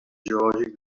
geològic